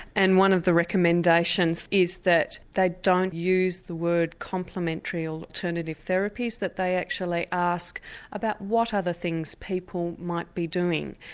and one of the recommendations is that they don't use the word complementary or alternative therapies, that they actually ask about what are the things people might be doing,